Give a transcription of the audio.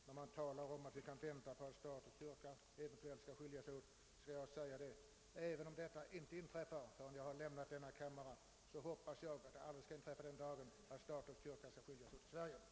Här har talats om att vi skall vänta på att stat och kyrka eventuellt skiljs åt. Jag hoppas att den dagen aldrig skall komma i Sverige.